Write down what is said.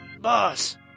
Boss